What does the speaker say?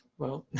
well,